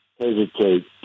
Hesitate